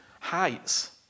heights